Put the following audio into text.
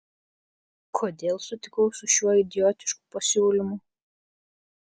kodėl sutikau su šiuo idiotišku pasiūlymu